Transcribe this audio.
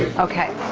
okay.